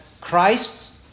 Christ